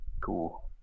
Cool